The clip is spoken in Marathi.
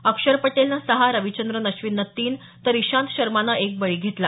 अक्षर पटेलनं सहा रविचंद्रन अश्विननं तीन तर ईशांत शर्मानं एक बळी घेतला